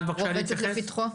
שרובצת לפתחו?